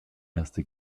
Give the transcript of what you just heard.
erste